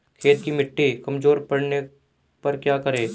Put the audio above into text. खेत की मिटी कमजोर पड़ने पर क्या करें?